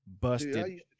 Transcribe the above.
busted